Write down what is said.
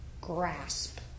grasp